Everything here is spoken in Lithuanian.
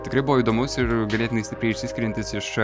tikrai buvo įdomus ir ganėtinai stipriai išsiskiriantis iš